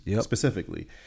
specifically